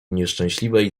nieszczęśliwej